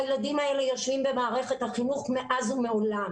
ילדים האלה יושבים במערכת החינוך מאז ומעולם